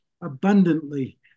abundantly